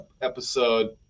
episode